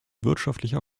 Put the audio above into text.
wirtschaftlicher